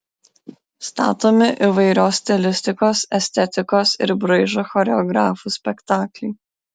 statomi įvairios stilistikos estetikos ir braižo choreografų spektakliai